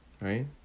Right